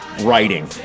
writing